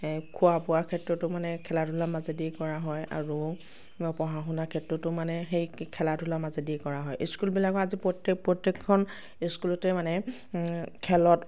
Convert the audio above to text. খোৱা বোৱা ক্ষেত্ৰতো মানে খেলা ধূলাৰ মাজেদি কৰা হয় আৰু পঢ়া শুনাৰ ক্ষেত্ৰতো মানে সেই খেলা ধূলাৰ মাজেদিয়ে কৰা হয় স্কুলবিলাকত আজি প্ৰত্যেক প্ৰত্যেকখন স্কুলতেই মানে খেলত